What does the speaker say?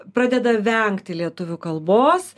pradeda vengti lietuvių kalbos